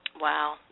Wow